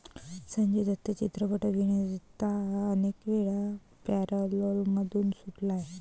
संजय दत्त चित्रपट अभिनेता अनेकवेळा पॅरोलमधून सुटला आहे